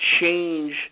change